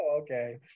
Okay